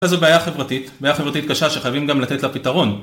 וזו בעיה חברתית, בעיה חברתית קשה שחייבים גם לתת לה פתרון